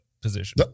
position